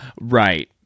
right